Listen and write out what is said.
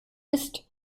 ist